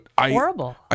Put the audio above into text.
horrible